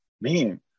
man